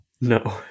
No